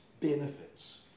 benefits